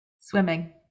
Swimming